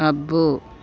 అబ్బో